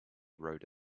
wrote